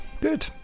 good